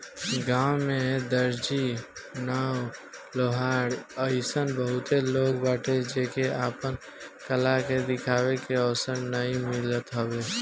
गांव में दर्जी, नाऊ, लोहार अइसन बहुते लोग बाटे जेके आपन कला देखावे के अवसर नाइ मिलत हवे